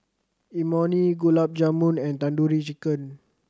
Imoni Gulab Jamun and Tandoori Chicken